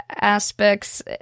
aspects